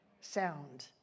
sound